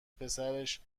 پسرش